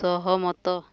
ସହମତ